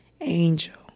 Angel